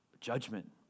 judgment